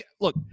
look